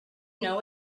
know